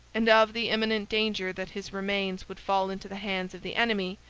and of the imminent danger that his remains would fall into the hands of the enemy,